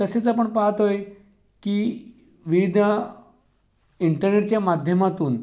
तसेच आपण पाहात आहे की विविध इंटरनेटच्या माध्यमातून